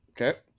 okay